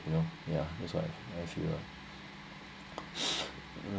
you know yeah that's why I feel lah